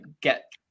get